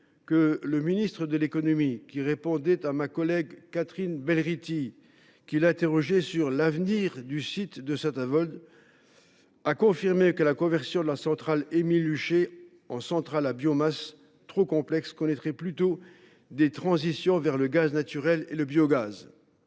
que le ministre de l’économie, répondant à ma collègue Catherine Belrhiti, qui l’interrogeait sur l’avenir du site de Saint Avold, a confirmé que la conversion de la centrale Émile Huchet en centrale à biomasse, trop complexe, serait remplacée par une conversion vers le gaz naturel ou le biogaz.